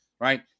right